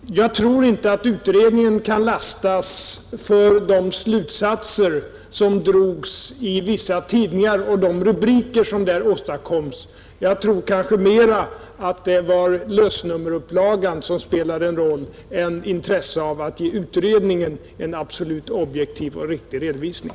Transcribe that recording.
Herr talman! Jag tror inte att utredningen kan lastas för de slutsatser som drogs i vissa tidningar och de rubriker som där åstadkoms. Snarare var det väl lösnummerupplagan som spelade en roll än intresset att ge utredningen en absolut objektiv och riktig redovisning.